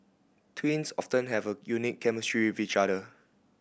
twins often have a unique chemistry with each other